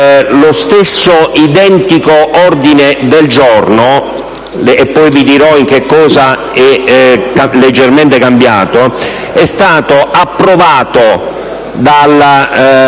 Lo stesso identico ordine del giorno - poi vi dirò in cosa è leggermente cambiato - è stato approvato